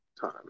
Time